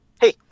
Hey